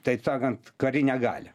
taip sakant karinę galią